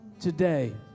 today